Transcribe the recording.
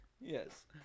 Yes